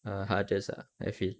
err hardest ah I feel